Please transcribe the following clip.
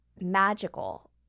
magical